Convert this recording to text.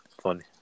funny